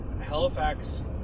Halifax